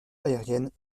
aérienne